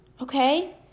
Okay